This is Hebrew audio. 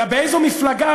אלא באיזו מפלגה,